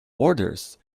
orders